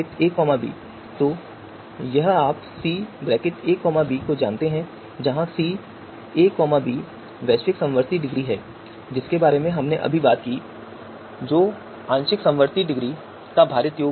S A B तो यह आप सी ए बी को जानते हैं जहां सी ए बी वैश्विक समवर्ती डिग्री है जिसके बारे में हमने अभी बात की है जो आंशिक समवर्ती डिग्री का भारित योग है